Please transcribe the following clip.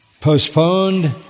postponed